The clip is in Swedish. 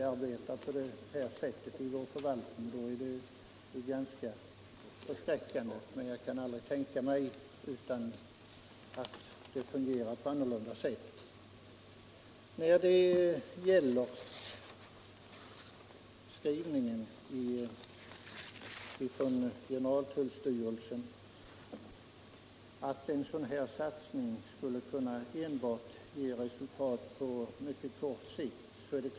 Arbetar vi på det sättet är det ganska förskräckande. Jag kan emellertid inte tänka mig annat än att det fungerar annorlunda. Tullstyrelsen skriver att en sådan här satsning skulle kunna ge resultat enbart på mycket kort sikt.